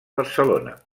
barcelona